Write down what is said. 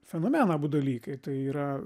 fenomeną abu dalykai tai yra